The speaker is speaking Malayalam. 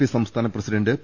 പി സംസ്ഥാന പ്രസിഡന്റ് പി